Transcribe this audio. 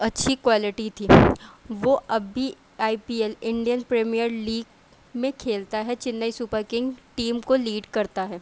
اچھی کوالٹی تھی وہ اب بھی I P L Indian Premier League میں کھیلتا ہے چینئی سپر کنگ ٹیم کو لیڈ کرتا ہے